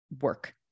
work